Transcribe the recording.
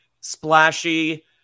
splashy